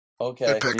okay